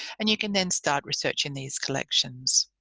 and you can then start researching these collections.